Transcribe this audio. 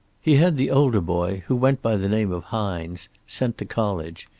he had the older boy, who went by the name of hines, sent to college,